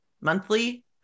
monthly